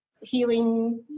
healing